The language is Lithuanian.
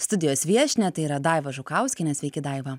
studijos viešnią tai yra daiva žukauskienė sveiki daiva